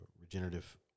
regenerative